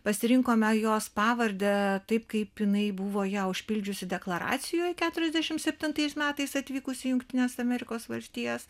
pasirinkome jos pavardę taip kaip jinai buvo ją užpildžiusi deklaracijoj keturiasdešimt septintais metais atvykusi į jungtines amerikos valstijas